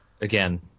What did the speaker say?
again